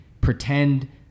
pretend